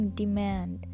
demand